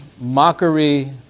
mockery